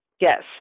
Yes